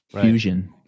Fusion